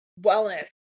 wellness